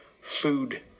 food